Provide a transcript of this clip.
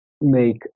make